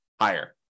higher